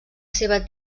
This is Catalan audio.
seva